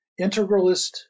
integralist